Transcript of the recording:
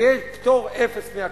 ויש פטור אפס מהקרקע.